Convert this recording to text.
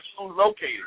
located